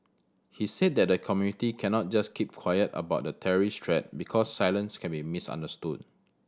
he said that the community cannot just keep quiet about the terrorist threat because silence can be misunderstood